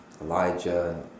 Elijah